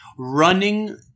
Running